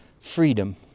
freedom